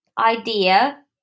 idea